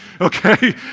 okay